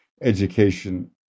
education